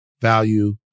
value